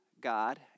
God